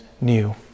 new